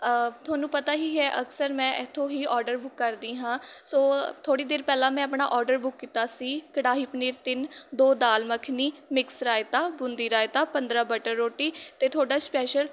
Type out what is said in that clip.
ਤੁਹਾਨੂੰ ਪਤਾ ਹੀ ਹੈ ਅਕਸਰ ਮੈਂ ਇੱਥੋਂ ਹੀ ਔਡਰ ਬੁੱਕ ਕਰਦੀ ਹਾਂ ਸੋ ਥੋੜ੍ਹੀ ਦੇਰ ਪਹਿਲਾਂ ਮੈਂ ਆਪਣਾ ਔਡਰ ਬੁੱਕ ਕੀਤਾ ਸੀ ਕੜਾਹੀ ਪਨੀਰ ਤਿੰਨ ਦੋ ਦਾਲ ਮੱਖਣੀ ਮਿਕਸ ਰਾਇਤਾ ਬੂੰਦੀ ਰਾਇਤਾ ਪੰਦਰ੍ਹਾਂ ਬਟਰ ਰੋਟੀ ਅਤੇ ਤੁਹਾਡਾ ਸਪੈਸ਼ਲ